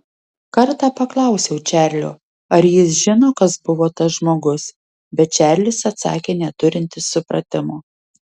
kartą paklausiau čarlio ar jis žino kas buvo tas žmogus bet čarlis atsakė neturintis supratimo